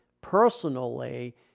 personally